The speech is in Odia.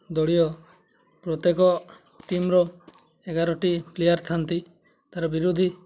ଦଳୀୟ ପ୍ରତ୍ୟେକ ଟିମ୍ର ଏଗାରଟି ପ୍ଲେୟାର୍ ଥାଆନ୍ତି ତା'ର ବିରୋଧୀ